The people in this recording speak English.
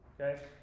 Okay